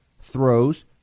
throws